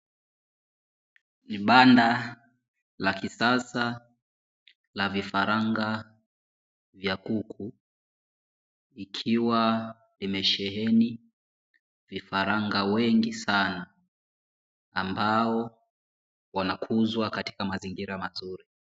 Ni banda la kisasa la vifaranga vya kuku, vikiwa vimesheheni viranga wengi sana ambao wanakuzwa katika mazingira mazuri.